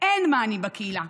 אין מענים בקהילה,